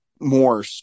more